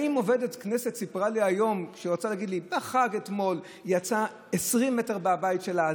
עובדת כנסת סיפרה לי היום שבחג אתמול היא יצאה 20 מטר מהבית שלה,